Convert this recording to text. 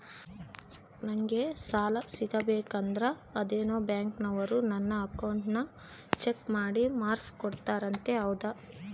ನಂಗೆ ಸಾಲ ಸಿಗಬೇಕಂದರ ಅದೇನೋ ಬ್ಯಾಂಕನವರು ನನ್ನ ಅಕೌಂಟನ್ನ ಚೆಕ್ ಮಾಡಿ ಮಾರ್ಕ್ಸ್ ಕೊಡ್ತಾರಂತೆ ಹೌದಾ?